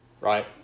right